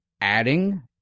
adding